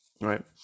right